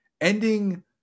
Ending